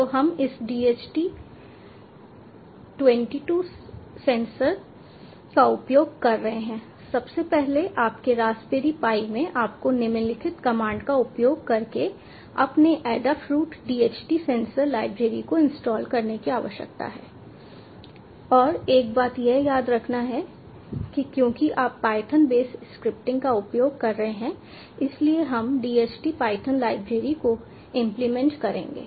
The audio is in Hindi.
तो हम इस DHT 22 सेंसर का उपयोग कर रहे हैं सबसे पहले आपके रास्पबेरी पाई में आपको निम्नलिखित कमांड का उपयोग करके अपने एडाफ्रूट DHT सेंसर लाइब्रेरी को इंस्टॉल करने की आवश्यकता है और एक बात यह याद रखना है कि क्योंकि आप पायथन बेस स्क्रिप्टिंग का उपयोग कर रहे हैं इसलिए हम DHT पायथन लाइब्रेरी को इंप्लीमेंट करेंगे